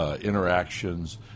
interactions